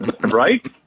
Right